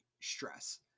stress